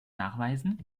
nachweisen